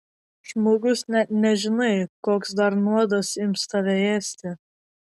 žmogus net nežinai koks dar nuodas ims tave ėsti